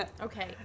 Okay